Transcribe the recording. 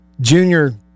Junior